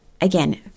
again